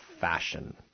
fashion